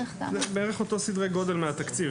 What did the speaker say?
בערך אותם סדרי גודל מהתקציב,